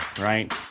right